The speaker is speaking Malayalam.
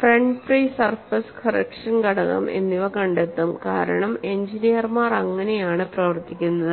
ഫ്രണ്ട് ഫ്രീ സർഫേസ് കറക്ഷൻ ഘടകം എന്നിവ കണ്ടെത്തും കാരണം എഞ്ചിനീയർമാർ ഇങ്ങനെയാണ് പ്രവർത്തിക്കുന്നത്